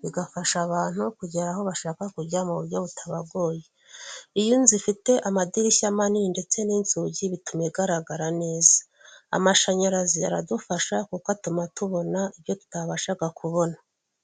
Bigafasha abantu kugera aho bashaka kujya mu buryo butabagoye. Iyo inzu fite amadirishya manini ndetse n'inzugi bituma igaragara neza. Amashanyarazi aradufasha kuko atuma tubona ibyo tutabashaga kubona.